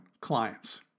clients